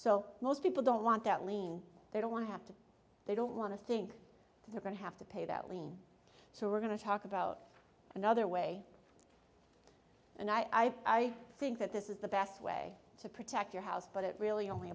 so most people don't want that lien they don't want to have to they don't want to think they're going to have to pay that lien so we're going to talk about another way and i think that this is the best way to protect your house but it really only